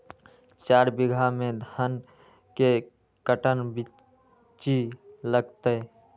चार बीघा में धन के कर्टन बिच्ची लगतै?